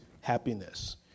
happiness